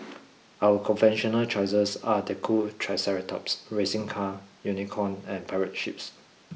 other conventional choices are the cool triceratops racing car unicorn and pirate ships